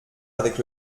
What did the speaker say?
avec